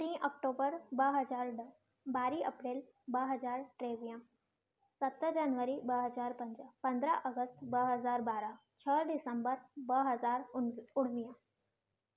टीं अक्टूबर ॿ हज़ार ॾह ॿारहीं अप्रेल ॿ हज़ार टेवीह सत जनवरी ॿ हज़ार पंज पंदरहां अगस्त ॿ हज़ार ॿारहां छह डिसंबर ॿ हज़ार उणिवीह